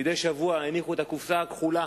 מדי שבוע הניחו את הקופסה הכחולה